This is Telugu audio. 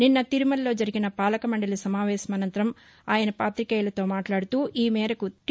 నిన్న తిరుమల లో జరిగిన పాలకమండలి సమావేశం అనంతరం ఆయన పాతికేయులతో మాట్లాడుతూ ఈ మేరకు టి